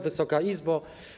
Wysoka Izbo!